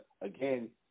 again